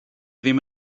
ddim